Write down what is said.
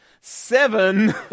seven